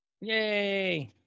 Yay